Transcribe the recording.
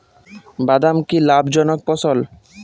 বাদাম কি লাভ জনক ফসল?